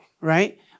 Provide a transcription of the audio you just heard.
right